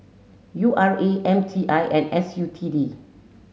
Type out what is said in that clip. U R A M T I and S U T D